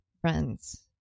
friends